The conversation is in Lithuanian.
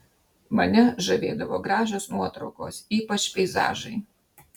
mane žavėdavo gražios nuotraukos ypač peizažai